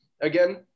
Again